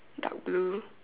dark blue